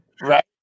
Right